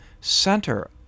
center